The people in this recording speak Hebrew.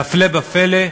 והפלא ופלא,